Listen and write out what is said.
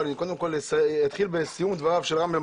אבל אני קודם כל אתחיל בסיום דבריו של רם בן